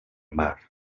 mar